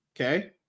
okay